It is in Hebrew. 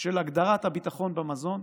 של הגדרת הביטחון במזון.